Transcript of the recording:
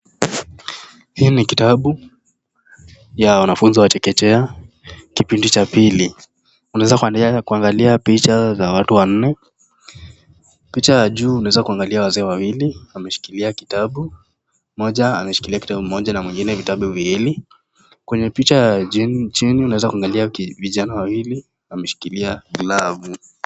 Hii ni kitabu ya wanafunzi wa chekechea kipindi cha pili. Unaweza kuangalia picha za watu wanne. Picha ya juu unaweza kuangalia wazee wawili wameshikilia kitabu. Mmoja ameshikilia kitabu kimoja na mwingine viwili. Kwenye picha ya chini unaweza kuangalia vijana wawili wameshikilia glavu.